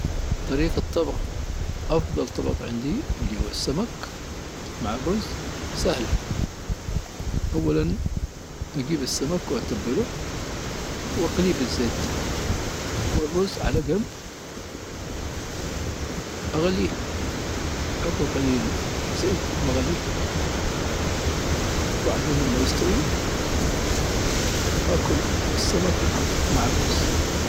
طريقة طبخ أفضل طبق عندي، اللي هو السمك مع الرز سهلة. أولا أجيب السمك وأتبله، وأقليه بالزيت. والرز على جنب أغليه أحط له قليل زيت وأغليه وبعدين لما يستوي ، آكل السمك مع الرز.